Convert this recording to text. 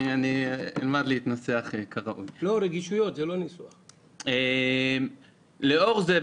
לאור זה,